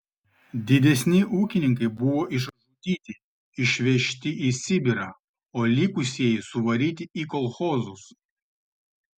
didesni ūkininkai buvo išžudyti išveži į sibirą o likusieji suvaryti į kolchozus